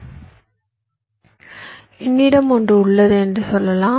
உங்களிடம் புள்ளிகள் அல்லது எண்களின் தொகுப்பு இருக்கும்போது என்னிடம் ஒன்று உள்ளது என்று சொல்லலாம்